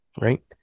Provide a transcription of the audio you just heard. right